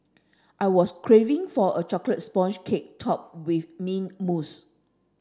I was craving for a chocolate sponge cake topped with mint mousse